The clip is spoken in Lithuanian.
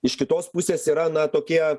iš kitos pusės yra na tokie